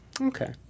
Okay